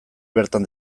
bertan